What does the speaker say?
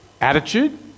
Attitude